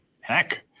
heck